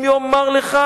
אם יאמר לך